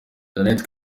jeannette